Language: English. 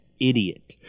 idiot